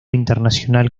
internacional